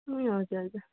ए हजुर हजुर